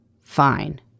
fine